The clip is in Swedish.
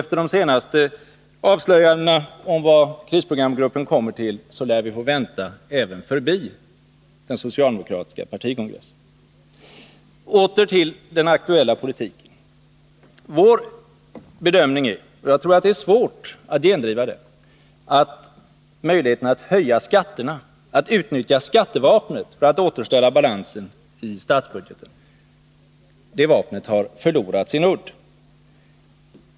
Efter de senaste avslöjandena om vad krisprogramgruppen kommer fram till lär vi få vänta även till efter den socialdemokratiska partikongressen. Åter till den aktuella politiken: Vår bedömning är — och jag tror det är svårt att gendriva det — att skattevapnet, dvs. möjligheterna att höja skatterna för att återställa balansen i statsbudgeten, har förlorat sin udd.